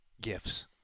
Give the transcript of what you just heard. gifts